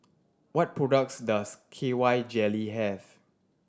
what products does K Y Jelly have